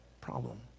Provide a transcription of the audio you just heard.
problem